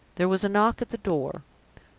there was a knock at the door.